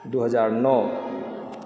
दू हजार नओ